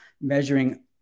measuring